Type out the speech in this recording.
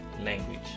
language